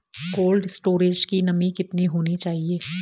Cold storage की नमी कितनी होनी चाहिए?